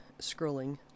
scrolling